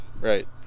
right